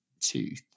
tooth